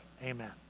amen